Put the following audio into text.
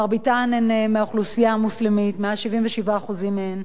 מרביתן מהאוכלוסייה המוסלמית, מעל 77% מהן,